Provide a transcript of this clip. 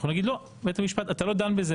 אנחנו נגיד: לא, בית המשפט, אתה לא דן בזה.